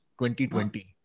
2020